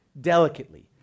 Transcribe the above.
delicately